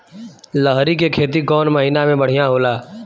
लहरी के खेती कौन महीना में बढ़िया होला?